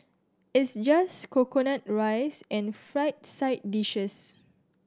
it's just coconut rice and fried side dishes